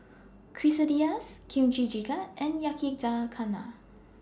Quesadillas Kimchi Jjigae and Yakizakana